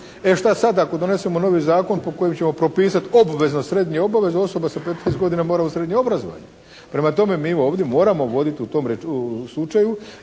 E šta sad ako donesemo novi zakon po kojem ćemo propisati obvezno srednje obrazovanje osoba sa 15 godina mora u srednje obrazovanje. Prema tome mi ovdje moramo voditi o tome slučaju.